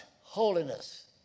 holiness